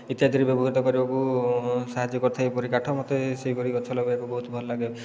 ଇତ୍ୟାଦିରେ ବ୍ୟବହୃତ କରିବାକୁ ସାହାଯ୍ୟ କରିଥାଏ ଏହିପରି କାଠ ମୋତେ ସେହିପରି ଗଛ ଲଗାଇବାକୁ ବହୁତ ଭଲଲାଗେ